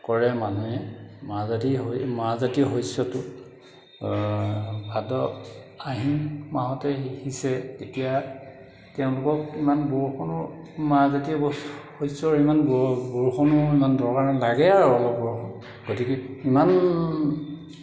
কৰে মানুহে মাহজাতী মাহজাতীয় শস্য়টো ভাদ আহিন মাহতে সিঁচে তেতিয়া তেওঁলোকক ইমান বৰষুণৰ মাহজাতীয় শস্য়ৰ ইমান বৰষুণৰ ইমান দৰকাৰ নাই লাগে আৰু অলপ অলপ গতিকে ইমান